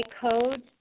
code